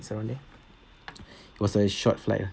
it was a short flight lah